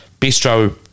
bistro